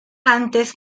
antes